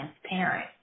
transparent